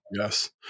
yes